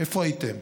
איפה הייתם?